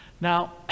Now